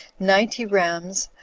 ninety rams,